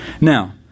Now